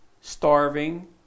starving